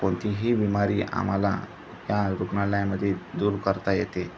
कोणतीही बीमारी आम्हाला या रुग्णालयामध्ये दूर करता येते